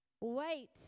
Wait